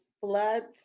floods